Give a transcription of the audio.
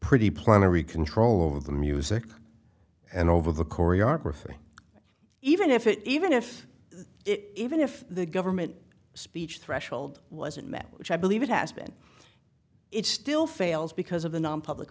pretty plenary control over the music and over the choreography even if it even if it even if the government speech threshold wasn't met which i believe it has been it still fails because of the nonpublic